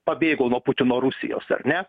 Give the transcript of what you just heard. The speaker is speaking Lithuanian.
pabėgo nuo putino rusijos ar ne